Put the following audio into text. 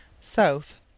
south